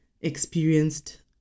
experienced